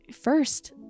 first